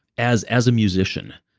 as as a musician,